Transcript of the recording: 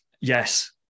Yes